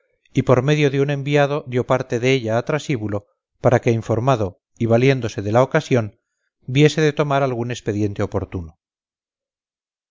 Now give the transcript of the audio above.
y por medio de un enviado dio parte de ella a trasíbulo para que informado y valiéndose de la ocasión viese de tomar algún expediente oportuno